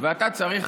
ואתה צריך